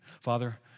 Father